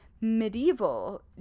medieval